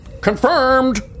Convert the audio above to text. Confirmed